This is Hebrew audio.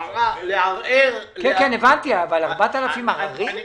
4,000 עררים?